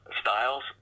styles